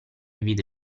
vide